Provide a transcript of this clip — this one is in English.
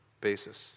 basis